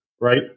right